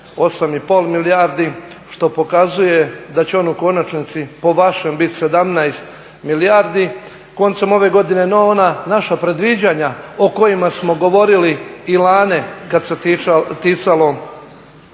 8,5 milijardi što pokazuje da će on u konačnici po vašem biti 17 milijardi koncem ove godine. No ona naša predviđanja o kojima smo govorili i lani kad se ticalo